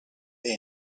they